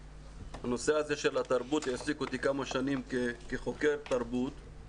הנושא של התרבות יעסיק אותי כמה שנים כחוקר תרבות.